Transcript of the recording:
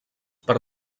per